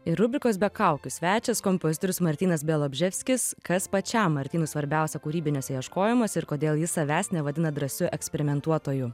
ir rubrikos be kaukių svečias kompozitorius martynas bialobžeskis kas pačiam martynui svarbiausia kūrybiniuose ieškojimuose ir kodėl jis savęs nevadina drąsiu eksperimentuotoju